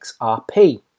XRP